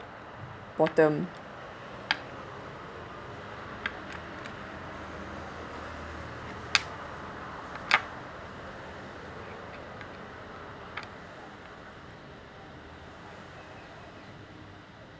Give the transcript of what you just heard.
bottom